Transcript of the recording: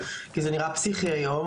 כי זה נראה פסיכי היום,